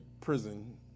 prison